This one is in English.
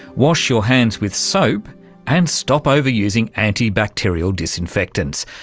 wash your hands with soap and stop overusing anti-bacterial disinfectants.